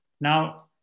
Now